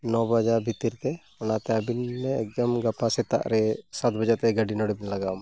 ᱱᱚ ᱵᱟᱡᱟᱜ ᱵᱷᱤᱛᱤᱨᱛᱮ ᱚᱱᱟᱛᱮ ᱟᱹᱵᱤᱱ ᱮᱠᱫᱚᱢ ᱜᱟᱯᱟ ᱥᱮᱛᱟᱜᱨᱮ ᱥᱟᱛ ᱵᱟᱡᱟᱜᱛᱮ ᱜᱟᱹᱰᱤ ᱱᱚᱰᱮᱵᱮᱱ ᱞᱟᱜᱟᱣ ᱢᱟ